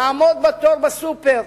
יעמוד בתור בסופר,